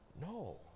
No